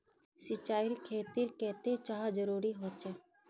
सिंचाईर खेतिर केते चाँह जरुरी होचे?